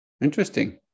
Interesting